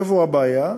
איפה הבעיה?